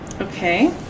Okay